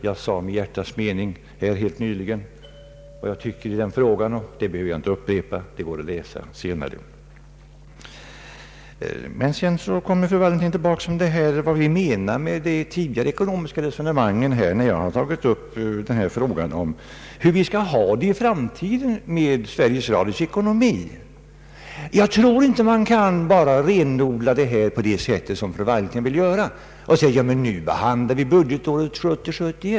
Jag sade mitt hjärtas mening helt nyligen om vad jag tycker i den frågan. Det behöver jag inte upprepa, ty det går att läsa det senare. Sedan kom fru Wallentheim tillbaka, till vad vi menar med de tidigare eko nomiska resonemangen. Jag har tagit upp frågan om hur vi skall ha det i framtiden med Sveriges Radios ekonomi. Jag tror inte att man kan renodla detta problem på det sätt som fru Wallentheim vill göra och säga att vi nu behandlar budgetåret 1970/71.